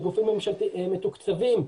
בגופים מתוקצבים,